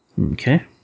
Okay